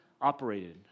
operated